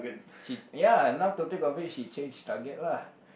she ya now to think of it she change target lah